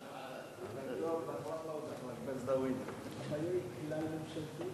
נעבור להצעה לסדר-היום בנושא: